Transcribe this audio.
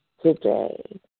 today